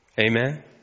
Amen